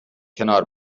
کنار